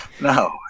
no